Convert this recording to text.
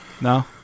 No